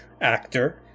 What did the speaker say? actor